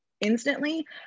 instantly